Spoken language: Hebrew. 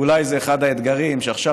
ואולי זה אחד האתגרים שעכשיו,